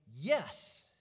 yes